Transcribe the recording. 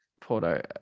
Porto